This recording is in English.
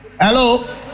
Hello